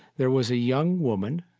there was a young woman.